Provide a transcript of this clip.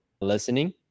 listening